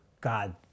God